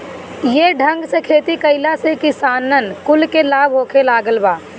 ये ढंग से खेती कइला से किसान कुल के लाभ होखे लागल बा